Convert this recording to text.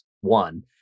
one